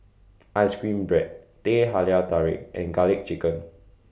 Ice Cream Bread Teh Halia Tarik and Garlic Chicken